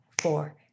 four